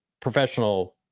professional